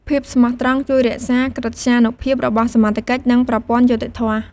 ភាពស្មោះត្រង់ជួយរក្សាកិត្យានុភាពរបស់សមត្ថកិច្ច និងប្រព័ន្ធយុត្តិធម៌។